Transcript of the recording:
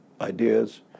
ideas